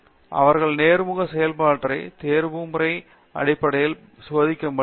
எங்கள் நேர்முக செயல்முறை தேர்வு செயல்முறை அடிப்படைகளை சோதிக்க மட்டுமே